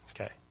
Okay